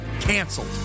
Canceled